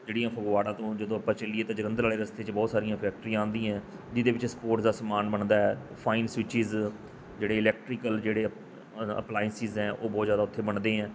ਜਿਹੜੀਆਂ ਫਗਵਾੜਾ ਤੋਂ ਜਦੋਂ ਆਪਾਂ ਚੱਲੀਏ ਤਾਂ ਜਲੰਧਰ ਵਾਲੇ ਰਸਤੇ 'ਚ ਬਹੁਤ ਸਾਰੀਆਂ ਫੈਕਟਰੀਆਂ ਆਉਂਦੀਆਂ ਜਿਹਦੇ ਵਿੱਚ ਸਪੋਰਟਸ ਦਾ ਸਮਾਨ ਬਣਦਾ ਹੈ ਫਾਈਨ ਸਵਿਚਜਿਸ ਜਿਹੜੇ ਇਲੈਕਟਰੀਕਲ ਜਿਹੜੇ ਅਪਲਾਈਸੈਂਸ ਹੈ ਉਹ ਬਹੁਤ ਜ਼ਿਆਦਾ ਉੱਥੇ ਬਣਦੇ ਆ